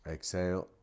Exhale